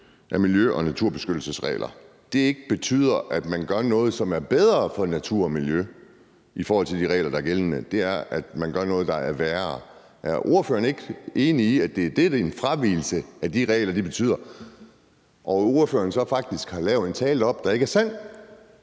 af miljø- og naturbeskyttelsesregler ikke betyder, at man gør noget, som er bedre for natur og miljø, i forhold til de regler, der er gældende. Det er, at man gør noget, der er værre. Er ordføreren ikke enig i, at det er det, en fravigelse af de regler betyder, og at ordføreren så faktisk har lavet en tale deroppe, der ikke er sand?